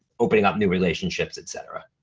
opening up new relationships, et cetera.